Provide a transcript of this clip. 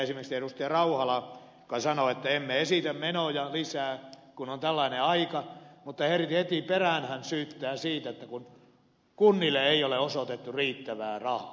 rauhala joka sanoi että emme esitä menoja lisää kun on tällainen aika mutta heti perään hän syyttää siitä että kunnille ei ole osoitettu riittävää rahaa